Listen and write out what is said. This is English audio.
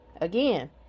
again